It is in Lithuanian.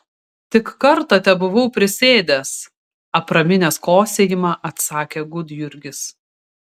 tik kartą tebuvau prisėdęs apraminęs kosėjimą atsakė gudjurgis